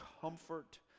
comfort